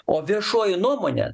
o viešoji nuomonė